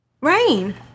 Rain